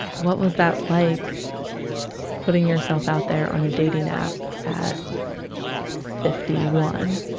what was that like putting yourself out there on a dating app at fifty one?